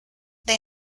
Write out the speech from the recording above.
they